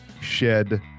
shed